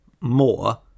more